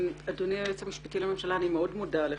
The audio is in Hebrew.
אדוני היועץ המשפטי לממשלה, אני מאוד מודה לך.